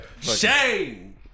Shame